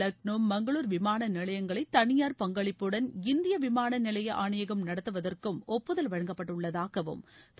லக்னோ மங்களூர் விமான நிலையங்களை தளியார் பங்களிப்புடன் இந்திய விமான நிலைய ஆணையகம் நடத்துவதற்கும் ஒப்புதல் வழங்கப்பட்டுள்ளதாகவும் திரு